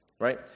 right